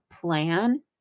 plan